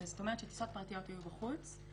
זאת אומרת שטיסות פרטיות יהיו בחוץ.